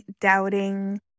doubting